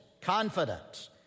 confidence